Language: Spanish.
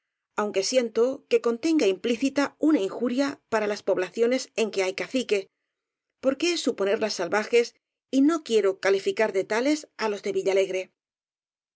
aunque siento que con tenga implícita una injuria para las poblaciones en que hay cacique porque es suponerlas salvajes y no quiero calificar de tales á los de villalegre